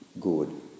good